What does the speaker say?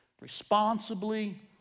responsibly